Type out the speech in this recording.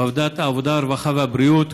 ועדת העבודה, הרווחה והבריאות.